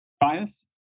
bias